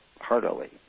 heartily